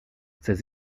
ses